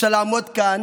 אפשר לעמוד כאן